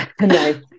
No